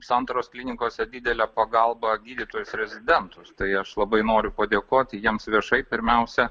santaros klinikose didelę pagalbą gydytojus rezidentus tai aš labai noriu padėkoti jiems viešai pirmiausia